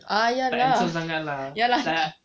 ah ya lah ya lah